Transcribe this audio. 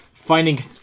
Finding